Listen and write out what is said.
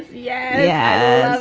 yeah.